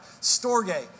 Storge